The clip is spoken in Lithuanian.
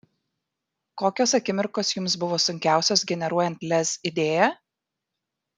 kokios akimirkos jums buvo sunkiausios generuojant lez idėją